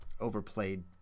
overplayed